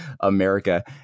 America